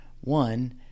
one